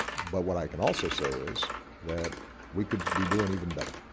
but what i can also say is that we could be doing even better.